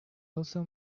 also